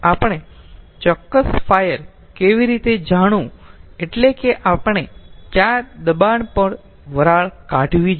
આપણે ચોક્કસ ફાયર કેવી રીતે જાણવું એટલે કે આપણે કયા દબાણ પર વરાળ કાઢવી જોઈએ